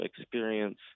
experience